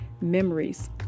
memories